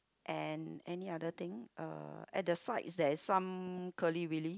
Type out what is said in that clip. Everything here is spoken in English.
and any other thing uh at the sides there is some curly wurly